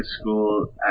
school